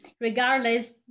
regardless